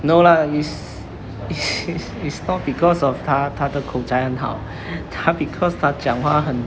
no lah it's it's it's it's not because of 他他的口才很好他 because 他讲话很